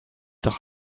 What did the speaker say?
doch